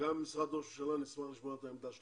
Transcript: משרד ראש הממשלה, נשמח לשמוע את העמדה שלכם.